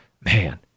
man